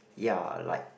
ya like